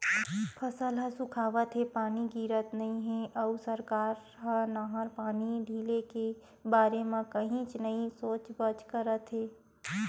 फसल ह सुखावत हे, पानी गिरत नइ हे अउ सरकार ह नहर पानी ढिले के बारे म कहीच नइ सोचबच करत हे